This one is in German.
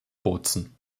bozen